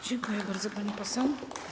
Dziękuję bardzo, pani poseł.